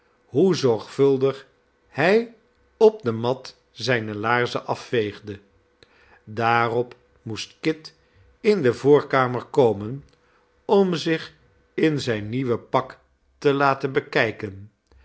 hoe zorgvuldig hij op de mat zijne laarzen afveegde daarop moest kit in de voorkamer komen om zich in zijn nieuw pak te laten bekijken